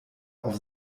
auf